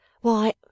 Why